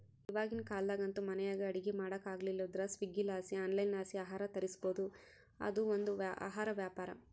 ಇವಾಗಿನ ಕಾಲದಾಗಂತೂ ಮನೆಯಾಗ ಅಡಿಗೆ ಮಾಡಕಾಗಲಿಲ್ಲುದ್ರ ಸ್ವೀಗ್ಗಿಲಾಸಿ ಆನ್ಲೈನ್ಲಾಸಿ ಆಹಾರ ತರಿಸ್ಬೋದು, ಅದು ಒಂದು ಆಹಾರ ವ್ಯಾಪಾರ